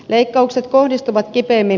leikkaukset kohdistuvat kipeimmin